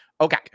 Okay